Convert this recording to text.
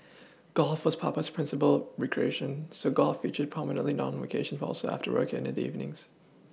golf was Papa's principal recreation so golf featured prominently not only on vacations but also after work in the evenings